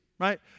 right